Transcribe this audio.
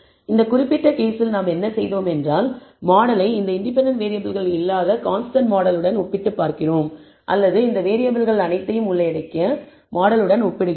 இந்த குறிப்பிட்ட கேஸில் நாம் என்ன செய்தோம் என்றால் மாடலை இந்த இண்டிபெண்டன்ட் வேறியபிள்கள் இல்லாத கான்ஸ்டன்ட் மாடலுடன் ஒப்பிட்டுப் பார்க்கிறோம் அல்லது இந்த வேறியபிள்கள் அனைத்தையும் உள்ளடக்கிய மாடலுடன் ஒப்பிடுகிறோம்